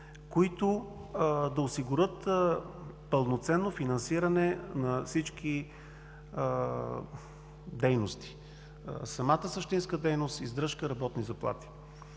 които да осигурят пълноценно финансиране на всички дейности – самата същинска дейност, издръжка, работни заплати.